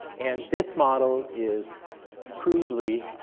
and this model is crudely,